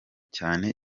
cyane